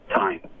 time